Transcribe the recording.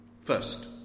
First